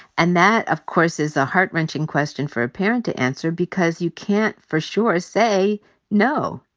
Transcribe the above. and that, of course, is a heart-wrenching question for a parent to answer because you can't for sure say no.